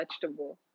vegetable